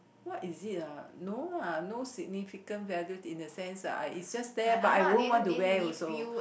what is it ah no lah no significant value in the sense that I it's just there but I won't want to wear also